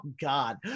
God